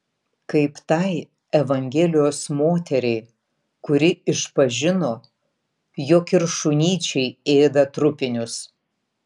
kaip tai evangelijos moteriai kuri išpažino jog ir šunyčiai ėda trupinius